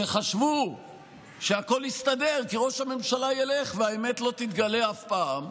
שחשבו שהכול יסתדר כי ראש הממשלה ילך והאמת לא תתגלה אף פעם,